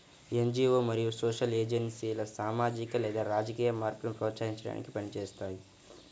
NGO మరియు social ఏజెన్సీలు సామాజిక లేదా రాజకీయ మార్పును ప్రోత్సహించడానికి పని చేస్తాయి